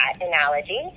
analogy